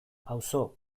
auzo